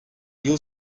yıl